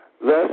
thus